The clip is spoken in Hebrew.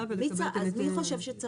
אז מי חושב שצריך?